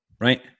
right